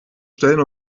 stellen